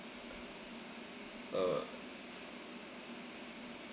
uh